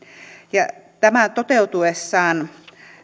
tämä toteutuessaan